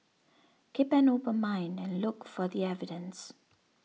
keep an open mind and look for the evidence